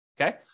Okay